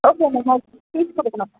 okay ma'am okay seat குடுக்கணும்